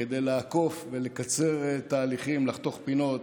לעקוף ולקצר תהליכים, לחתוך פינות